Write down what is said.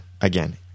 again